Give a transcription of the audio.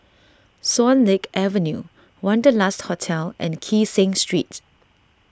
Swan Lake Avenue Wanderlust Hotel and Kee Seng Street